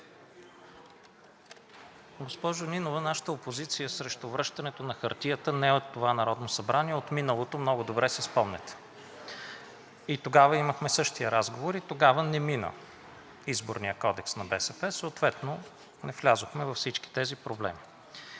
Госпожо Нинова, нашата опозиция срещу връщането на хартията не е от това Народно събрание, а от миналото. Много добре си спомняте. И тогава имахме същия разговор, и тогава не мина Изборният кодекс на БСП, съответно не влязохме във всички тези проблеми.